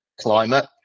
climate